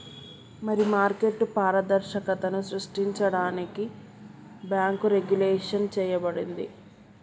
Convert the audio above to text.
మరి మార్కెట్ పారదర్శకతను సృష్టించడానికి బాంకు రెగ్వులేషన్ చేయబడింది